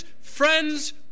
friends